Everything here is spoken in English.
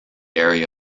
area